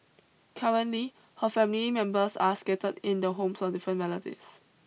currently her family members are scattered in the homes of different relatives